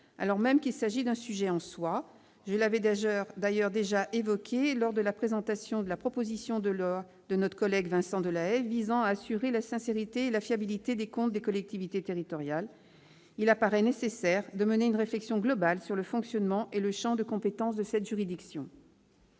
alors même qu'il s'agit d'un sujet en soi. Comme je l'avais d'ailleurs évoqué lors de la présentation de la proposition de loi de notre collègue Vincent Delahaye visant à assurer la sincérité et la fiabilité des comptes des collectivités territoriales, il apparaît nécessaire de mener une réflexion globale sur le fonctionnement et le champ de compétences de cette juridiction.